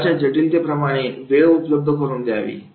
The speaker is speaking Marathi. खेळाच्या जेंटिलतेप्रमाणे वेळ उपलब्ध करून द्यावी